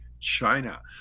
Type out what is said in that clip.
China